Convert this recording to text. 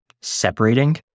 separating